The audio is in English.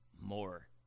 more